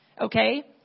Okay